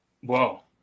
whoa